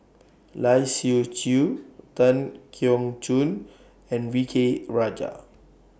Lai Siu Chiu Tan Keong Choon and V K Rajah